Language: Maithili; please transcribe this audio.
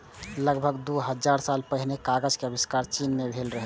लगभग दू हजार साल पहिने कागज के आविष्कार चीन मे भेल रहै